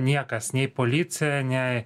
niekas nei policija nei